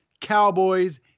Cowboys